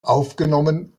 aufgenommen